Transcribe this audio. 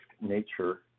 nature